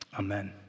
Amen